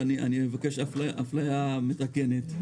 אדוני היושב-ראש, אני מבקש אפליה מתקנת.